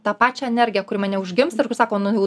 tą pačią energiją kuri manyje užgims ir kuri sako nu jau